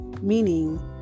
Meaning